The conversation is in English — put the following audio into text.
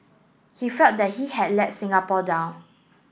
he felt that he had let Singapore down